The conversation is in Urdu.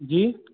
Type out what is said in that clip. جی